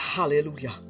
Hallelujah